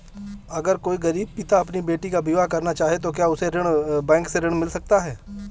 अगर कोई गरीब पिता अपनी बेटी का विवाह करना चाहे तो क्या उसे बैंक से ऋण मिल सकता है?